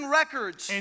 records